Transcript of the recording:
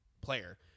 player